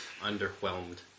underwhelmed